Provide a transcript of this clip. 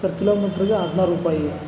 sir ಕಿಲೋಮೀಟ್ರಿಗೆ ಹದಿನಾರು ರೂಪಾಯಿ